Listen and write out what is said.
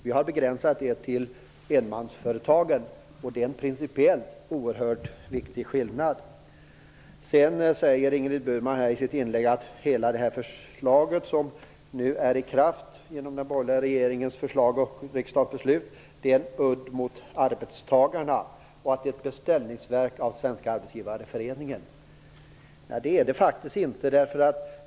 Vi har begränsat detta till enmansföretagen. Det är en principiellt oerhört viktig skillnad. Ingrid Burman säger att den borgerliga regeringens förslag som beslutades av riksdagen är en udd mot arbetstagarna. Det är ett beställningsverk av Svenska Arbetsgivareföreningen. Det är det faktiskt inte.